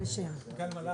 גל מלאכי,